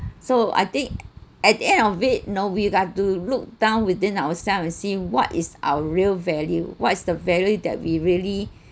so I think at the end of it you know we've got do look down within ourselves and see what is our real value what is the value that we really